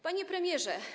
Panie Premierze!